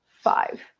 five